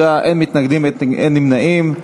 53 בעד, אין מתנגדים, אין נמנעים.